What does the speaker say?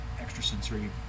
extrasensory